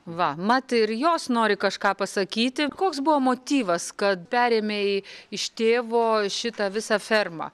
va mat ir jos nori kažką pasakyti koks buvo motyvas kad perėmei iš tėvo šitą visą fermą